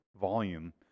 volume